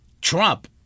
Trump